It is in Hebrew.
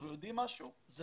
אנחנו יודעים משהו בנושא?